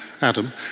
Adam